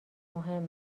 مهم